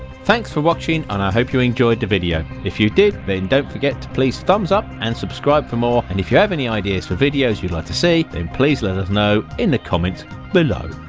thanks for watching and i hope you enjoyed the video if you did then don't forget to please thumbs up and subscribe for more and if you have any ideas for videos you like to see him please let us know in the comments below.